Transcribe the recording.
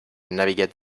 navigate